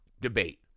debate